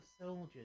soldiers